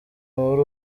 muri